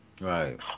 right